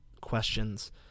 questions